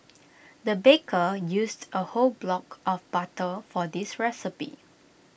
the baker used A whole block of butter for this recipe